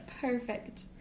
perfect